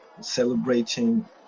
celebrating